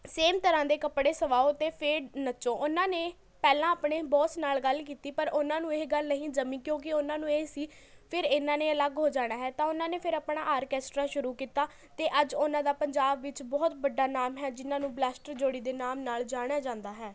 same ਤਰ੍ਹਾਂ ਦੇ ਕੱਪੜੇ ਸਵਾਓ ਅਤੇ ਫਿਰ ਨੱਚੋ ਓਹਨਾਂ ਨੇ ਪਹਿਲਾਂ ਆਪਣੇ ਬੌਸ ਨਾਲ ਗੱਲ ਕੀਤੀ ਪਰ ਓਹਨਾਂ ਨੂੰ ਇਹ ਗੱਲ ਨਹੀਂ ਜਮੀ ਕਿਉਂਕਿ ਓਹਨਾਂ ਨੂੰ ਇਹ ਸੀ ਫਿਰ ਇਹਨਾਂ ਨੇ ਅਲੱਗ ਹੋ ਜਾਣਾ ਹੈ ਤਾਂ ਓਹਨਾ ਨੇ ਫਿਰ ਆਪਣਾ ਆਰਕੈਸਟਰਾ ਸ਼ੁਰੂ ਕੀਤਾ ਅਤੇ ਅੱਜ ਓਹਨਾਂ ਦਾ ਪੰਜਾਬ ਵਿੱਚ ਬਹੁਤ ਵੱਡਾ ਨਾਮ ਹੈ ਜਿਹਨਾਂ ਨੂੰ ਬਲੈਸਟਰ ਜੋੜੀ ਦੇ ਨਾਮ ਨਾਲ ਜਾਣਿਆ ਜਾਂਦਾ ਹੈ